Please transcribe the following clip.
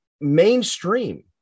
mainstream